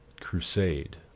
crusade